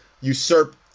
usurp